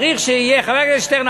חבר הכנסת שטרן,